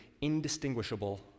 indistinguishable